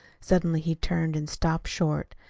suddenly he turned and stopped short,